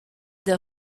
der